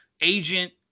agent